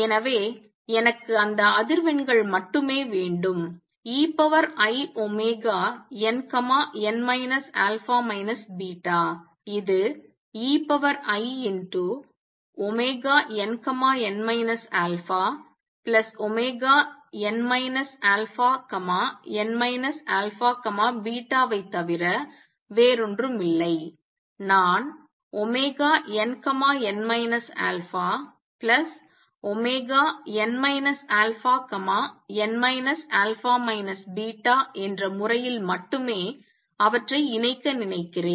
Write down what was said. எனவே எனக்கு அந்த அதிர்வெண்கள் மட்டுமே வேண்டும் einn α β இது einn αn αn α β ஐ தவிர வேறொன்றுமில்லை நான் nn αn αn α β என்ற முறையில் மட்டுமே அவற்றை இணைக்க நினைக்கிறேன்